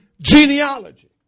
genealogy